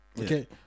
okay